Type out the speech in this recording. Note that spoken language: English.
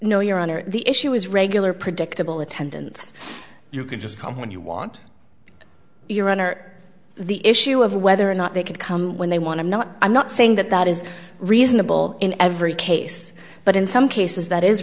no your honor the issue is regular predictable attendance you can just come when you want to run or the issue of whether or not they could come when they want to not i'm not saying that that is reasonable in every case but in some cases that is